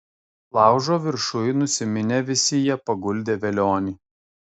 laužo viršuj nusiminę visi jie paguldė velionį